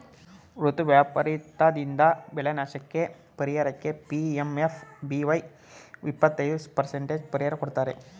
ಋತು ವೈಪರೀತದಿಂದಾದ ಬೆಳೆನಾಶಕ್ಕೇ ಪರಿಹಾರಕ್ಕೆ ಪಿ.ಎಂ.ಎಫ್.ಬಿ.ವೈ ಇಪ್ಪತೈದು ಪರಸೆಂಟ್ ಪರಿಹಾರ ಕೊಡ್ತಾರೆ